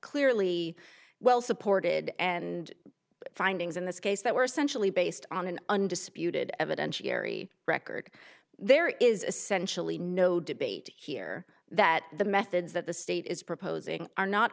clearly well supported and findings in this case that were sensually based on an undisputed evidentiary record there is essentially no debate here that the methods that the state is proposing are not